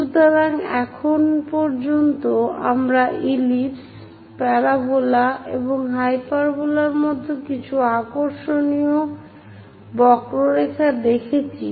সুতরাং এখন পর্যন্ত আমরা ইলিপস প্যারাবোলা এবং হাইপারবোলার মতো খুব আকর্ষণীয় বক্ররেখা দেখেছি